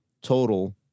total